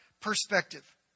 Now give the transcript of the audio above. perspective